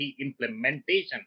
implementation